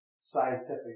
scientific